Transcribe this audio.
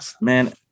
Man